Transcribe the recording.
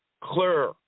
clear